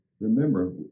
Remember